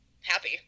happy